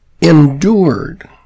endured